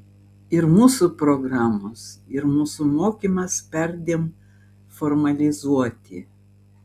ir mūsų programos ir mūsų mokymas perdėm formalizuoti